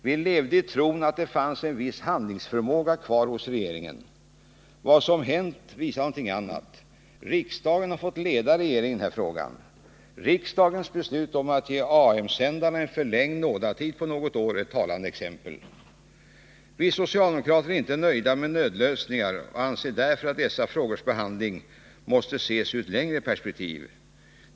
Vi levde i tron att det fanns en viss handlingsförmåga kvar hos regeringen. Vad som hänt visar något annat. Riksdagen har fått leda regeringen i denna fråga. Riksdagens beslut om att ge AM-sändarna en förlängd nådatid på något år är ett talande exempel. Vi socialdemokrater är inte nöjda med nödlösningar och anser därför att dessa frågors behandling måste ses i ett längre perspektiv.